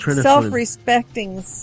self-respecting